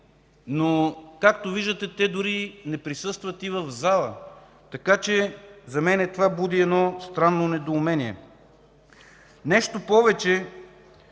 а както виждате, те дори не присъстват в залата. За мен това буди едно странно недоумение. Нещо повече,